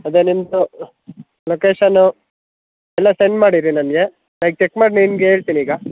ಅದೇ ನಿಮ್ಮದು ಲೊಕೇಶನು ಎಲ್ಲ ಸೆಂಡ್ ಮಾಡಿರಿ ನನಗೆ ನಾನು ಈಗ ಚೆಕ್ ಮಾಡಿ ನಿಮ್ಗೆ ಹೇಳ್ತೀನ್ ಈಗ